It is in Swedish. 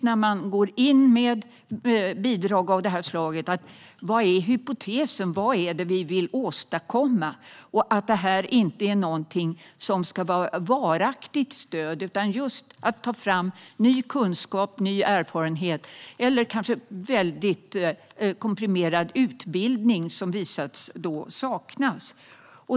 När man går in med bidrag av detta slag är det viktigt att man ser på hypotesen och vad man vill åstadkomma, att det inte är ett varaktigt stöd och att man tar fram ny kunskap och erfarenhet eller kanske väldigt komprimerad utbildning som visat sig saknas.